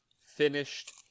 finished